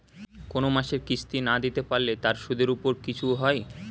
কোন মাসের কিস্তি না দিতে পারলে তার সুদের উপর কিছু হয়?